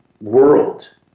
world